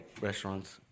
restaurants